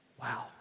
wow